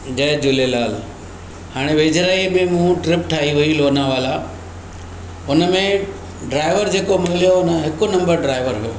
जय झूलेलाल हाणे वेझिराई में मूं ट्रिप ठाही हुई लोनावाला हुनमें ड्राईवर जेको मिलियो हो न हिकु नम्बर ड्राईवर मिलियो